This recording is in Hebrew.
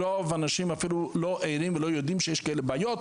רוב האנשים אפילו לא ערים ולא יודעים שיש כאלה בעיות,